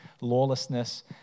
lawlessness